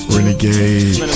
Renegade